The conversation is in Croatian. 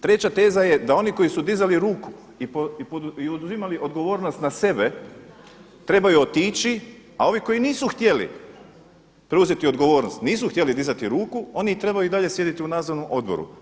Treća teza je, da oni koji su dizali ruku i poduzimali odgovornost na sebe trebaju otići, a ovi koji nisu htjeli preuzeti odgovornost, nisu htjeli dizati ruku, oni trebaju i dalje sjediti u nadzornom odboru.